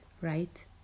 right